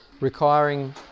requiring